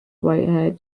whitehead